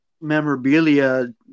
memorabilia